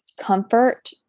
comfort